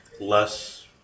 Less